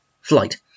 flight